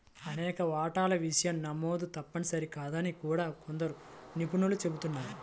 అనేక వాటాల విషయం నమోదు తప్పనిసరి కాదని కూడా కొందరు నిపుణులు చెబుతున్నారు